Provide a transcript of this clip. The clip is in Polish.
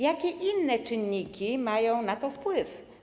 Jakie inne czynniki mają na to wpływ?